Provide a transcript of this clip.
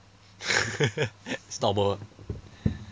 it's normal